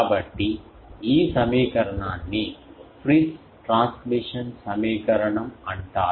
కాబట్టి ఈ సమీకరణాన్ని Friis ట్రాన్స్మిషన్ సమీకరణం అంటారు